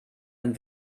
ein